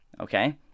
okay